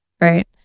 right